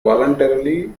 voluntarily